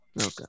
okay